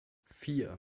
vier